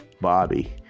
bobby